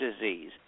disease